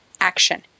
action